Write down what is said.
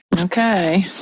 Okay